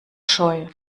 scheu